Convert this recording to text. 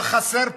מה חסר פה?